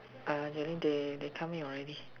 I they coming already